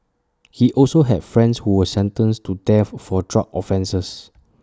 he also had friends who were sentenced to death for drug offences